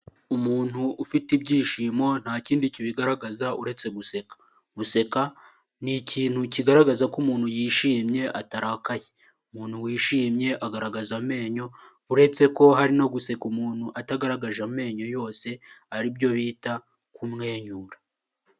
Umuntu ufite ibyishimo ntakindi kibigaragaza uretse guseka; guseka ni ikintu kigaragaza ko umuntu yishimye atarakaye; umuntu wishimye agaragaza amenyo uretse ko hari no guseka umuntu atagaragaje amenyo yose aribyo bita "kumwenyura".